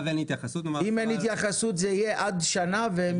אם אין התייחסות זה יהיה עד שנה והם